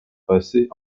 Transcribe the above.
passait